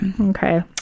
Okay